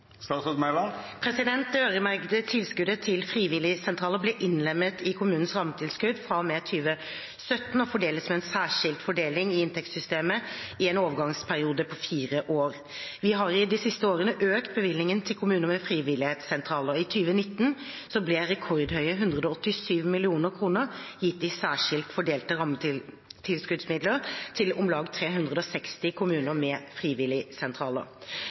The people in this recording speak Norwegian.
Det øremerkede tilskuddet til frivilligsentraler ble innlemmet i kommunenes rammetilskudd fra og med 2017 og fordeles med en særskilt fordeling i inntektssystemet i en overgangsperiode på fire år. Vi har i de siste årene økt bevilgningen til kommuner med frivilligsentraler. I 2019 ble rekordhøye 187 mill. kr gitt i særskilt fordelte rammetilskuddsmidler til om lag 360 kommuner med frivilligsentraler.